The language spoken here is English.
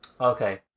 Okay